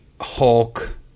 Hulk